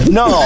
no